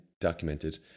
documented